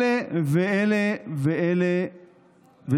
50 גוונים של אופל.